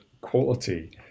quality